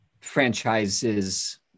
franchises